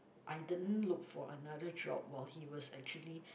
I didn't look for another job while he was actually